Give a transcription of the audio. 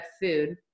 food